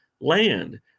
land